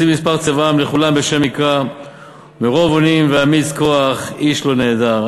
במספר צבאם לכלם בשם יקרא מרב אונים ואמיץ כח איש לא נעדר".